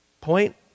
Point